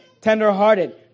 tender-hearted